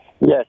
Yes